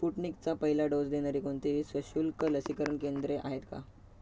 स्फुटनिकचा पहिला डोस देणारी कोणतेही सशुल्क लसीकरण केंद्रे आहेत का